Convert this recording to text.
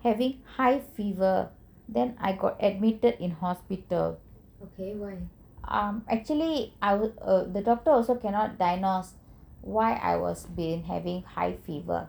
having high fever then I got admitted in hospital actually the doctor cannot diagnose why I'm been having high fever